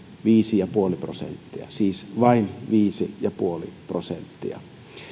viisi pilkku viisi prosenttia siis vain viisi pilkku viisi prosenttia